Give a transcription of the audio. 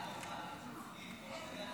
ההצעה